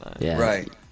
Right